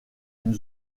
une